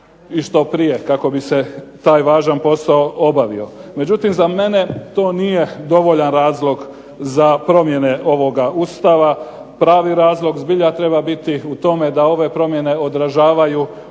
i što prije kako bi se taj važan posao obavio. Međutim, za mene to nije dovoljan razlog za promjene ovoga Ustava. Pravi razlog zbilja treba biti u tome da ove promjene odražavaju